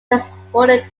transported